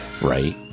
right